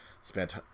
spent